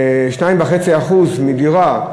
ש-2.5% ממחיר דירה,